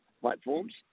platforms